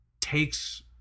takes